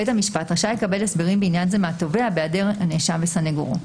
בית המשפט רשאי לקבל הסברים בעניין זה מהתובע בהיעדר הנאשם וסנגורו,